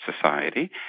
society